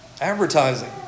Advertising